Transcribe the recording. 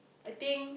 I think